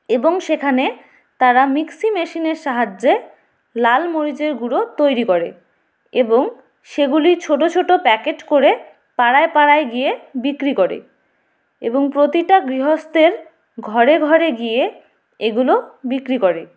এবং সেখানে তারা মিক্সি মেশিনের সাহায্যে লাল মরিচের গুঁড়ো তৈরি করে এবং সেগুলি ছোট ছোট প্যাকেট করে পাড়ায় পাড়ায় গিয়ে বিক্রি করে এবং প্রতিটা গৃহস্থের ঘরে ঘরে গিয়ে এগুলো বিক্রি করে